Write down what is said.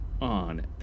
on